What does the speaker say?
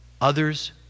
others